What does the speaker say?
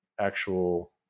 actual